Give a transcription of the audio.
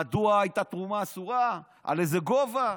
מדוע הייתה תרומה אסורה, באיזה גובה.